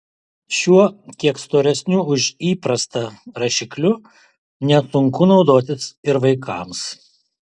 šiuo kiek storesniu už įprastą rašikliu nesunku naudotis ir vaikams